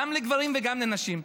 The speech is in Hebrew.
גם לגברים וגם לנשים.